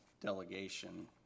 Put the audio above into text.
delegation